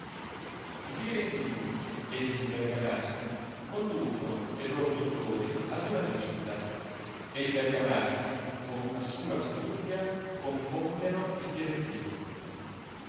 i firentini ed i bergamaschi conducono e lor dottori ad una disputa e i bergamaschi con una sua astuzia confondeno i firentini